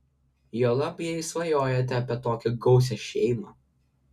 juolab jei svajojate apie tokią gausią šeimą